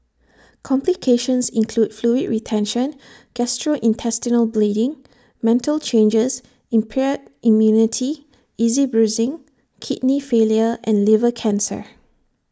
complications include fluid retention gastrointestinal bleeding mental changes impaired immunity easy bruising kidney failure and liver cancer